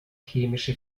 chemische